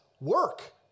work